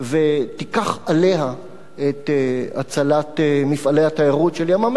ותיקח עליה את הצלת מפעלי התיירות של ים-המלח.